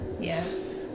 yes